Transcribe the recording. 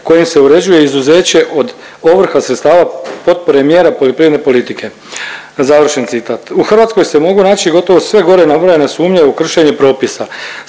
kojim se uređuje izuzeće od ovrha sredstava potpore mjera poljoprivredne politike, završen citat. U Hrvatskoj se mogu naći gotovo sve gore nabrojane sumnje u kršenju propisa,